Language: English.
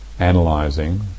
analyzing